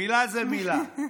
מילה זו מילה.